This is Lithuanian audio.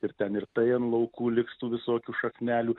ir ten ir tai ant laukų liks tų visokių šaknelių